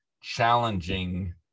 challenging